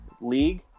League